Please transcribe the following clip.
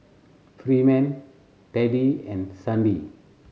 Freeman Teddy and Sandi